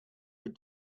but